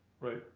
Right